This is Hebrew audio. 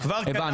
המחייב.